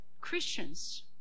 Christians